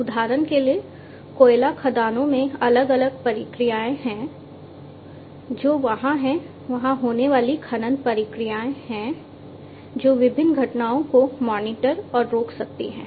उदाहरण के लिए कोयला खदानों में अलग अलग प्रक्रियाएं हैं जो वहां हैं वहां होने वाली खनन प्रक्रियाएं जो विभिन्न घटनाओं को मॉनिटर और रोक सकती हैं